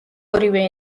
ორივე